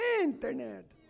internet